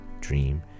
Dream